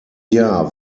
jahr